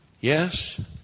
Yes